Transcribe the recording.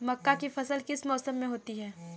मक्का की फसल किस मौसम में होती है?